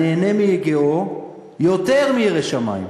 הנהנה מיגיעו, יותר מירא שמים,